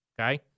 Okay